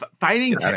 fighting